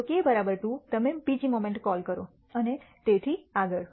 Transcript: જો k 2 તમે બીજી મોમેન્ટ કોલ કરો અને તેથી આગળ